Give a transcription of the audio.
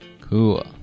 Cool